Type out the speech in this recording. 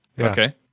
Okay